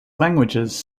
languages